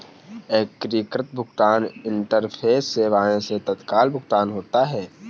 एकीकृत भुगतान इंटरफेस सेवाएं से तत्काल भुगतान होता है